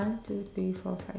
two three four five six